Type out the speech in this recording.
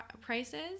prices